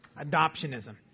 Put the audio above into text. Adoptionism